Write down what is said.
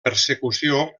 persecució